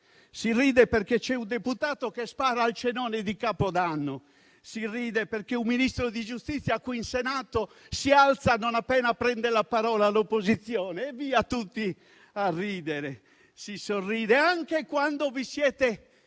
si ride perché c'è un deputato che spara al cenone di capodanno; si ride perché un Ministro della giustizia qui in Senato si alza non appena prende la parola l'opposizione. E via tutti a ridere. Si sorride. Anche quando avete